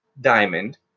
diamond